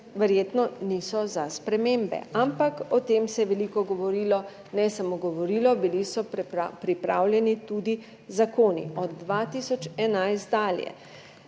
verjetno niso za spremembe, ampak o tem se je veliko govorilo, ne samo govorilo, bili so pripravljeni tudi zakoni od 2011 dalje.